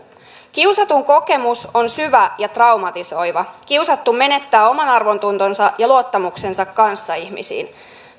kiusatun kokemus on syvä ja traumatisoiva kiusattu menettää omanarvontuntonsa ja luottamuksensa kanssaihmisiin